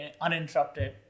uninterrupted